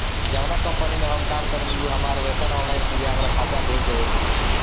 जावना कंपनी में हम काम करेनी उ हमार वेतन ऑनलाइन सीधे हमरा खाता में भेज देवेले